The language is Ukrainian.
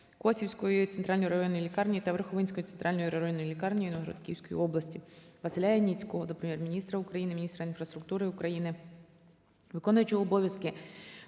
Косівської центральної районної лікарні та Верховинської центральної районної лікарні Івано-Франківської області. Василя Яніцького до Прем'єр-міністра України, міністра інфраструктури України, виконуючого обов'язків